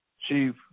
Chief